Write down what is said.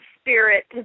spirit